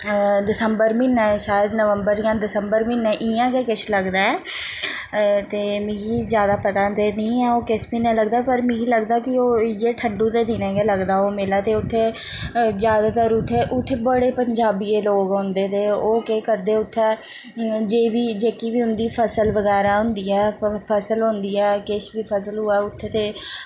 दसंबर म्हीने शायद नंबवर जां दसंबर म्हीनै इ'यां गै किश लगदा ऐ ते मि ज्यादा पता ते नी ऐ ओह् किस म्हीनै लगदा पर मि लगदा कि ओह् इ'यै ठंडु दिनै गै लगदा ओह् मेला ते उत्थें ज्यादातर उत्थें बड़े पजाबिये लोग औंदे ते ओह् केह् करदे उत्थै जेह्ड़ी जेह्की बी उं'दी फसल बगैरा होंदी ऐ फसल होंदी ऐ किश बी फसल होऐ उत्थें ते